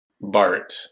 Bart